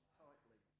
tightly